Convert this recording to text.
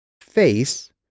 Face